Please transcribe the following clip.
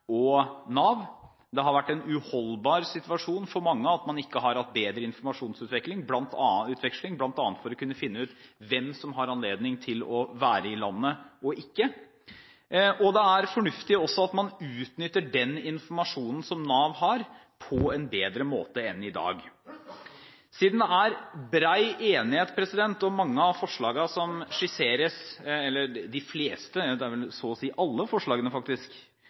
og Nav. Det at man ikke har hatt bedre informasjonsutveksling, bl.a. for å kunne finne ut hvem som har anledning til å være i landet og ikke, har vært en uholdbar situasjon for mange. Det er også fornuftig at man utnytter den informasjonen som Nav har, på en bedre måte enn i dag. Siden det er bred enighet om mange av – eller det er vel så å si alle – forslagene